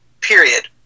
period